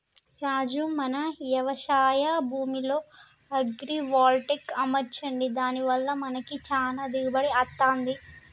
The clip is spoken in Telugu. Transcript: రాజు మన యవశాయ భూమిలో అగ్రైవల్టెక్ అమర్చండి దాని వల్ల మనకి చానా దిగుబడి అత్తంది